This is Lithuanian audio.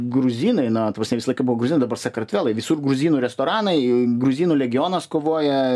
gruzinai na ta prasme visą laiką buvo gruzinai dabar sakartvelai visur gruzinų restoranai gruzinų legionas kovoja